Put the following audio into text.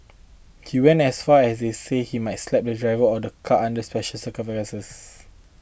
he went as far as he say he might slap the driver of a car under special circumstances